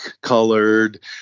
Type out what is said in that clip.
colored